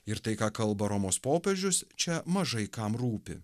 ir tai ką kalba romos popiežius čia mažai kam rūpi